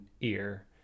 ear